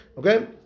Okay